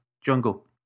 jungle